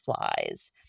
flies